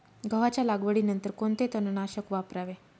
गव्हाच्या लागवडीनंतर कोणते तणनाशक वापरावे?